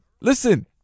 Listen